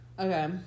Okay